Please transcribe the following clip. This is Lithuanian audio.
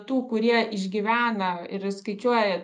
tų kurie išgyvena ir skaičiuoja